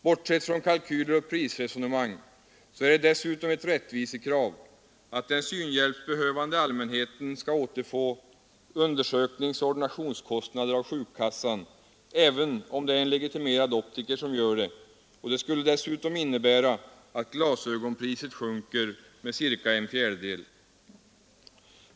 Bortsett från kalkyler och prisresonemang är det dessutom ett rättvisekrav att den synhjälpsbehövande allmänheten skall återfå undersökningsoch ordinationskostnaderna av sjukkassan, även om det är en legitimerad optiker som utför arbetet, och det skulle dessutom innebära att glasögonpriset sjunker med ca en fjärdedel.